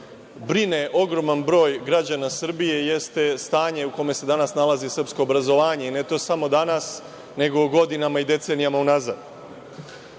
brine ogroman broj građana Srbije jeste stanje u kome se danas nalazi srpsko obrazovanje i ne samo danas, nego godinama i decenijama unazad.